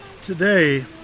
today